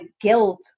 guilt